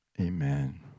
Amen